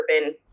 urban